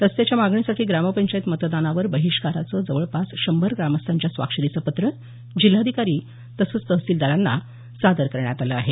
रस्त्याच्या मागणीसाठी ग्रामपंचायत मतदानावर बहिष्काराचं जवळपास शंभर ग्रामस्थांच्या स्वाक्षरीचं पत्र जिल्हाधिकारी तसंच तहसीलदारांना सादर करण्यात आलं आहे